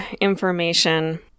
information